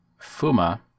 Fuma